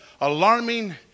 alarming